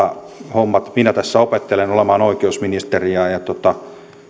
hommat minä tässä opettelen olemaan oikeusministeri ja ja